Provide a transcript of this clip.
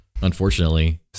Unfortunately